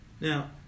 Now